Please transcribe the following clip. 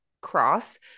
cross